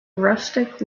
rustic